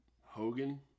Hogan